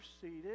seated